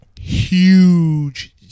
huge